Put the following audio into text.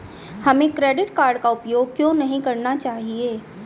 हमें credit card का उपयोग क्यों नहीं करना चाहिए?